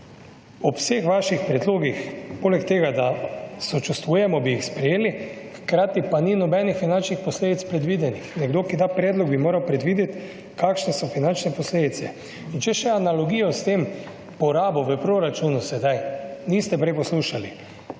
ob vseh vaših predlogih, poleg tega, da sočustvujemo, bi jih sprejeli? Hkrati pa ni nobenih finančnih posledic predvidenih. Nekdo, ki da predlog, bi moral predvideti, kakšne so finančne posledice. In če še analogijo s tem, porabo v proračunu sedaj. Niste prej poslušali.